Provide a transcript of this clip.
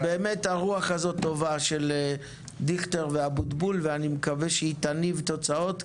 אז באמת הרוח הזאת טובה של דיכטר ואבוטבול ואני מקווה שהיא תניב תוצאות.